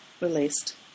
released